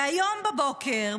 והיום בבוקר,